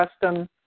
custom